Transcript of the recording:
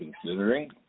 considering